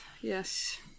Yes